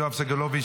יואב סגלוביץ',